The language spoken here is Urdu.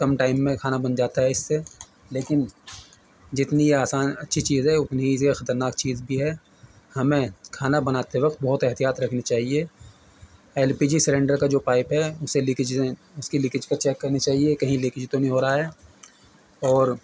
کم ٹائم میں کھانا بن جاتا ہے اس سے لیکن جتنی آسان اچھی چیز ہے اتنی ہی خطرناک چیز بھی ہے ہمیں کھانا بناتے وقت بہت احتیاط رکھنی چاہیے ایل پی جی سلینڈر کا جو پائپ ہے اس سے لیکیج اس کی لیکیج چیک کرنی چاہیے کہیں لیکیج تو نہیں ہو رہا ہے اور